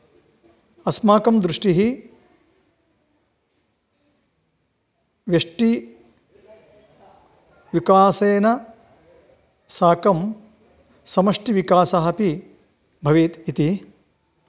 अस्माकं दृष्टिः व्यष्टिविकासेन साकं समष्टिविकासः अपि भवेत् इति